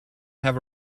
have